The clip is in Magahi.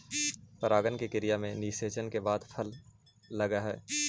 परागण की क्रिया में निषेचन के बाद फल लगअ हई